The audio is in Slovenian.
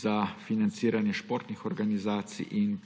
za financiranje športnih organizacij in